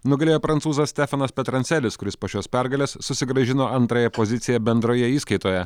nugalėjo prancūzas stefanas petrancelis kuris po šios pergalės susigrąžino antrąją poziciją bendroje įskaitoje